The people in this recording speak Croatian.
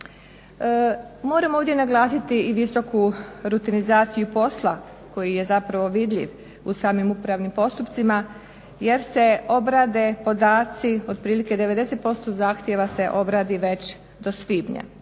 Moram ovdje naglasiti i visoku rutinizaciju posla koji je zapravo vidljiv u samim upravnim postupcima jer se obrade podaci, otprilike 90% zahtjeva se obradi već do svibnja.